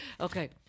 Okay